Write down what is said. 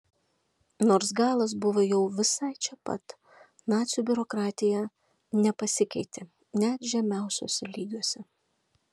nors galas buvo jau visai čia pat nacių biurokratija nepasikeitė net žemiausiuose lygiuose